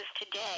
today